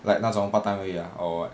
like 那种 part time 而已 ah